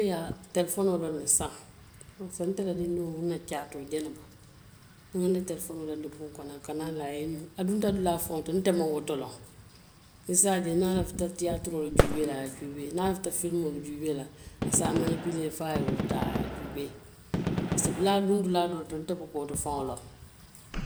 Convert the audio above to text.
telafonoo loŋ ne saayiŋ pasiko n te la dindiŋo n na caatoo jeneba, niŋ n ŋa n na talafonoo laandi buŋo kono, a ka naa le a ye i ñuŋ a dunta dulaa faŋo to nte maŋ wo faŋo loŋ i se a je niŋ a lafita tiyaataroo juubee la a ye a juubee, niŋ a lafita filimoo le juubee la, a se a manipulee fo a ye wo taa a ye juubee, a se duŋ dulaa to, nte buka wo faŋo loŋ.